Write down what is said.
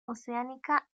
oceánica